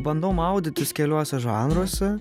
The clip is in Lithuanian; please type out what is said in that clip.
bandau maudytis keliuose žanruose